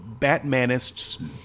Batmanists